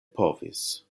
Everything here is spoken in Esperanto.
povis